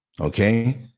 Okay